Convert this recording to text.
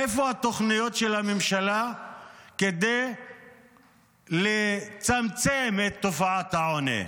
איפה התוכניות של הממשלה כדי לצמצם את תופעת העוני?